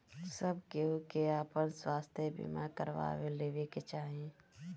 सब केहू के आपन स्वास्थ्य बीमा करवा लेवे के चाही